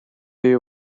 you